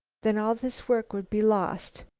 then all this work would be lost.